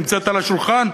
היא נמצאת על השולחן.